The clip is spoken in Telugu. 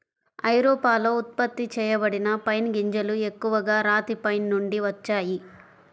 ఐరోపాలో ఉత్పత్తి చేయబడిన పైన్ గింజలు ఎక్కువగా రాతి పైన్ నుండి వచ్చాయి